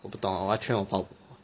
我不懂我要 train 我跑